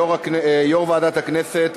יו"ר ועדת הכנסת,